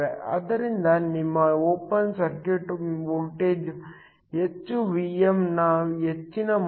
ಆದ್ದರಿಂದ ನಿಮ್ಮ open circuit voltage ಹೆಚ್ಚು Vm ನ ಹೆಚ್ಚಿನ ಮೌಲ್ಯ